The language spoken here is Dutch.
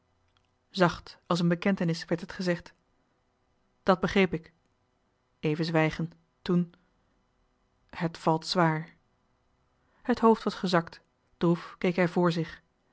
zacht als een bekentenis werd het gezegd dat begreep ik even zwijgen toen het valt zwaar het hoofd was gezakt droef keek hij vr zich